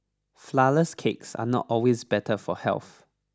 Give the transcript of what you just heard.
flourless cakes are not always better for health